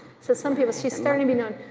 so some people, she's starting to be known.